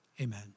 amen